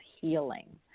healing